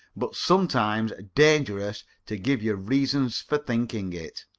but sometimes dangerous to give your reasons for thinking it.